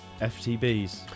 FTBs